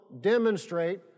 demonstrate